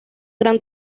gran